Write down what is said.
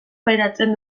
pairatzen